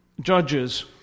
Judges